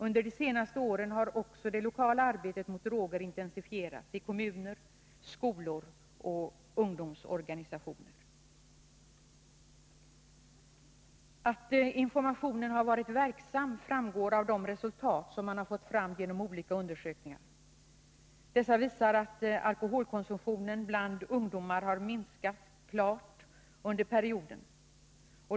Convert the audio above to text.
Under de senaste åren har också det lokala arbetet mot droger intensifierats i kommuner, skolor och ungdomsorganisationer.” Att informationen har varit verksam framgår av de resultat som man har fått fram genom olika undersökningar. Dessa visar att alkoholkonsumtionen bland ungdomar har minskat klart under perioden.